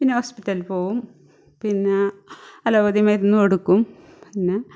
പിന്നെ ഹോസ്പിറ്റലിൽ പോകും പിന്നെ അലോപ്പതി മരുന്ന് കൊടുക്കും പിന്നെ